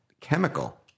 chemical